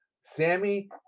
Sammy